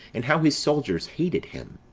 and how his soldiers hated him.